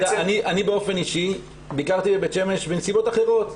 אני באופן אישי ביקרתי בבית שמש בנסיבות אחרות.